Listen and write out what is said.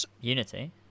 Unity